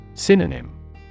Synonym